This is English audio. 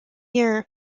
year